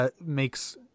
makes